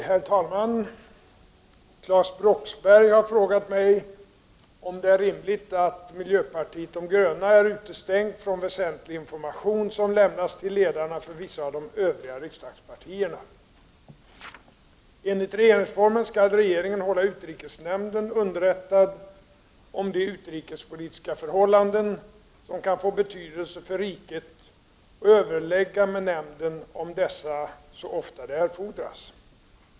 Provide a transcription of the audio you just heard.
Herr talman! Claes Roxbergh har frågat mig om det är rimligt att miljöpartiet de gröna är utestängt från väsentlig information som lämnas till ledarna för vissa av de övriga riksdagspartierna. Enligt regeringsformen skall regeringen hålla utrikesnämnden underrättad om de utrikespolitiska förhållanden, som kan få betydelse för riket, och överlägga med nämnden om dessa så ofta det erfordras.